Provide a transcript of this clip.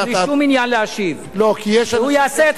שהוא יעשה את חשבון הנפש בינו לבין קונו.